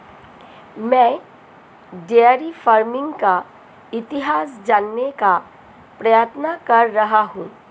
मैं dairy farming का इतिहास जानने का प्रयत्न कर रहा हूं